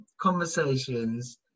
conversations